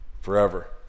forever